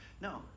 No